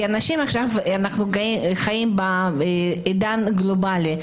אנחנו חיים עכשיו בעידן גלובלי,